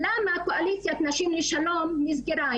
למה 'קואליציית נשים לשלום' נסגרה?